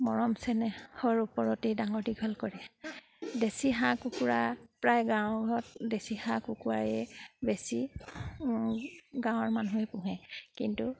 মৰম চেনেহৰ ওপৰতেই ডাঙৰ দীঘল কৰে দেশী হাঁহ কুকুৰা প্ৰায় গাঁও ঘৰত দেশী হাঁহ কুকুৰাই বেছি গাঁৱৰ মানুহে পোহে কিন্তু